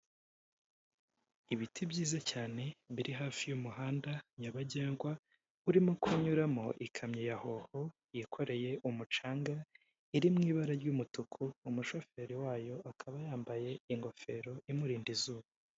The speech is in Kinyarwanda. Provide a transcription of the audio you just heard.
Ibiti byiza cyane biri hafi y'umuhanda nyabagendwa urimo kunyuramo ikamyo ya hoho ikoreye umucanga, iri m'ibara ry'umutuku, umushoferi wayo akaba yambaye ingofero imurinda izuba.